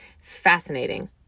Fascinating